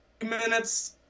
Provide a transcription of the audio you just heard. minutes